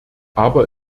aber